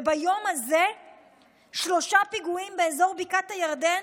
וביום הזה שלושה פיגועים באזור בקעת הירדן.